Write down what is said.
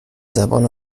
زبان